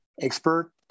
expert